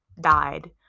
died